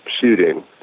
shooting